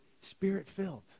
spirit-filled